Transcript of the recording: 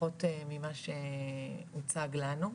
לפחות ממה שהוצג לנו,